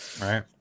Right